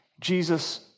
Jesus